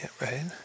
right